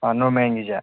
ꯑꯪ ꯅꯣꯔꯃꯦꯜꯒꯤꯁꯦ